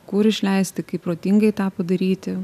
kur išleisti kaip protingai tą padaryti